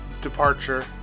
departure